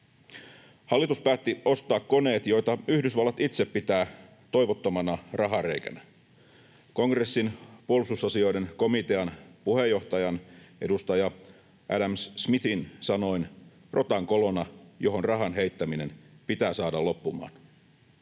Hallitus päätti ostaa koneet, joita Yhdysvallat itse pitää toivottomana rahareikänä. Kongressin puolustusasioiden komitean puheenjohtajan, edustaja Adam Smithin sanoin rotankolona, johon rahan heittäminen pitää saada loppumaan.